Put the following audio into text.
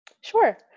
Sure